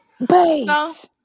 Bass